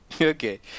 Okay